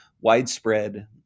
widespread